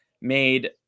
made